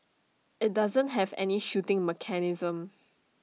IT doesn't have any shooting mechanism